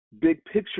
big-picture